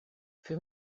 für